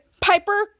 Piper